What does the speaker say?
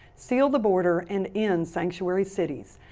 seal the border and end sanctuary cities.